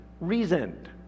reasoned